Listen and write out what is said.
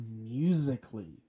musically